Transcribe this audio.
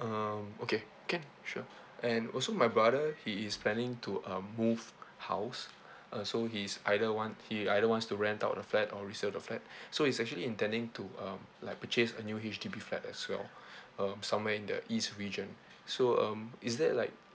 um okay can sure and also my brother he is planning to um move house uh so he' either want he either wants to rent out a flat or resell the flat so he's actually intending to um like purchase a new H_D_B flat as well um somewhere in the east region so um is there like